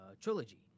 trilogy